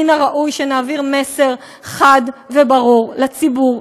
מן הראוי שנעביר מסר חד וברור לציבור,